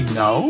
no